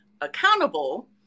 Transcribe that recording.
accountable